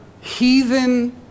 heathen